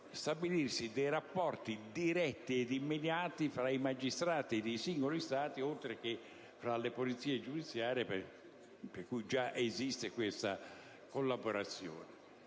stabilirsi rapporti diretti e immediati tra i rispettivi magistrati, oltreché tra le polizie giudiziarie, tra cui già esiste questa collaborazione.